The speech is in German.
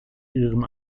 ihrem